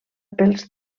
pels